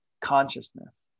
consciousness